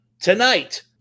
tonight